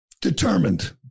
determined